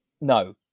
no